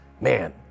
Man